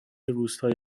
روستای